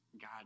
God